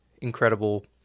incredible